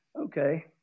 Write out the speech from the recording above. okay